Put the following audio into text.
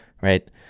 right